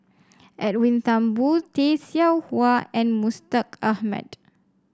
Edwin Thumboo Tay Seow Huah and Mustaq Ahmad